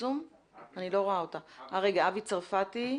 דוקטור אבי צרפתי,